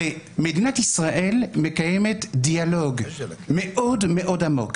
הרי מדינת ישראל מקיימת דיאלוג מאוד מאוד עמוק